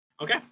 Okay